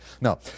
No